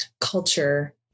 culture